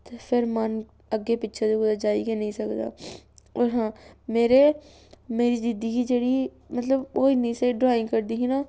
ते फिर मन अग्गें पिच्छें ते कुदै जाई गै निं सकदा होर हां मेरे मेरी दीदी गी जेह्ड़ी मतलब ओह् इन्नी स्हेई ड्राइंग करदी ही ना